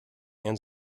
and